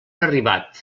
arribat